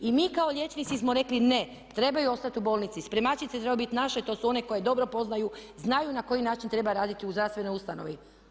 I mi kao liječnici smo rekli ne, trebaju ostati u bolnici, spremačice trebaju biti naše, to su one koje dobro poznaju i znaju na koji način treba raditi u zdravstvenoj ustanovi.